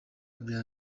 byaba